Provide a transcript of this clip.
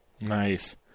Nice